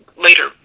later